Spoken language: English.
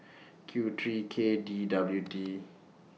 Q three K D W T